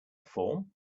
form